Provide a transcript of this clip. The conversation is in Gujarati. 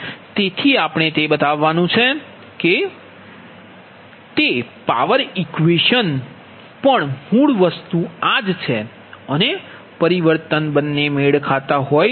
તેથી આપણે તે બતાવવાનું છે કે તે પાવર ઇક્વેશન પણ મૂળ વસ્તુ છે અને પરિવર્તન બંને મેળ ખાતા હોય છે